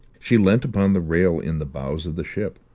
she leant upon the rail in the bows of the ship,